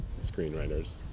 screenwriters